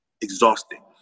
exhausting